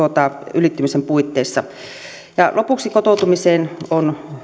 ylittymisen puitteissa lopuksi kotoutumiseen on